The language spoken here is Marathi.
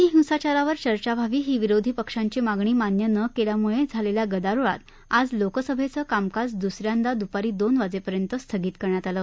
दिल्ली हिंसाचारावर चर्चा व्हावी ही विरोधी पक्षांची मागणी मान्य न केल्यामुळे झालेल्या गदारोळात आज लोकसभेचं कामकाज दुस यांदा दुपारी दोन वाजेपर्यंत स्थगित करण्यात आलं